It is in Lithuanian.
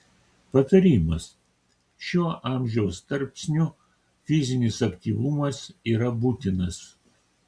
patarimas šiuo amžiaus tarpsniu fizinis aktyvumas yra būtinas